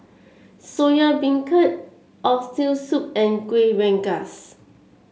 Soya Beancurd Oxtail Soup and Kueh Rengas